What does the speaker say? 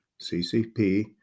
CCP